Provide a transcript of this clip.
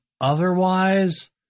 Otherwise